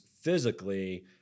physically